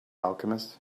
alchemist